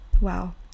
wow